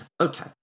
Okay